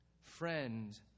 Friend